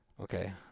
Okay